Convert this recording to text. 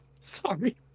Sorry